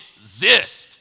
exist